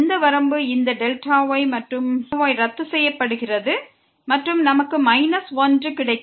இந்த வரம்பு இந்த Δy மற்றும் Δy ரத்து செய்யப்படுகிறது மற்றும் நமக்கு மைனஸ் 1 கிடைக்கும்